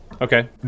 Okay